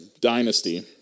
dynasty